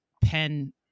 pen